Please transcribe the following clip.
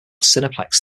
cineplex